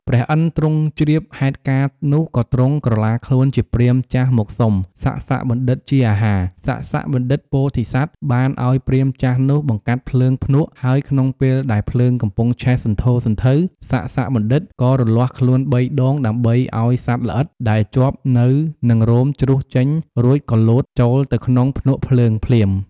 ព្រះឥន្ទទ្រង់ជ្រាបហេតុការណ៍នោះក៏ទ្រង់ ក្រឡាខ្លួន ជាព្រាហ្មណ៍ចាស់មកសុំ សសបណ្ឌិតជាអាហារ សសបណ្ឌិតពោធិសត្វ បានឲ្យព្រានចាស់នោះបង្កាត់ភ្លើងភ្នក់ហើយក្នុងពេលដែលភ្លើងកំពុងឆេះសន្ធោសន្ធៅ សសបណ្ឌិតក៏រលាស់ខ្លួន៣ដងដើម្បីឲ្យសត្វល្អិតដែលជាប់នៅនិងរោមជ្រុះចេញរួចក៏លោតចូលទៅក្នុងភ្នក់ភ្លើងភ្លាម។